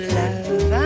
love